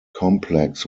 complex